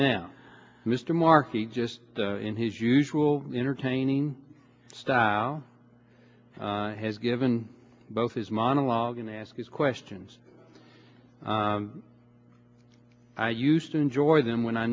now mr markey just in his usual entertaining style has given both his monologue and asks questions i used to enjoy them when i